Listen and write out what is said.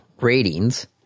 ratings